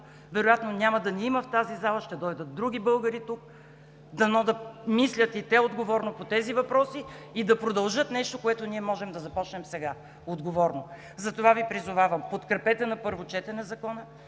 Вероятно няма да ни има в тази зала, ще дойдат други българи – дано да мислят и те отговорно по тези въпроси и да продължат нещо, което ние отговорно можем да започнем сега. Затова Ви призовавам: подкрепете на първо четене Закона,